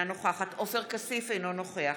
אינה נוכחת עופר כסיף, אינו נוכח